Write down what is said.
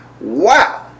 wow